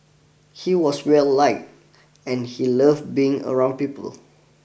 he was well like and he love being around people